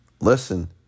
listen